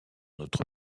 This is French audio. notre